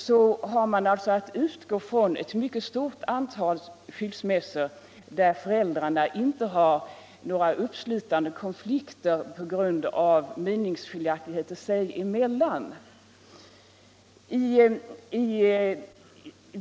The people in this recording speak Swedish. Man har alltså att utgå från ett mycket stort antal skilsmässor, där föräldrarna inte har några uppslitande konflikter på grund av meningsskiljaktigheter sig emellan.